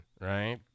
right